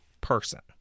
person